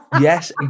Yes